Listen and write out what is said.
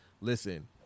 Listen